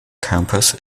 campus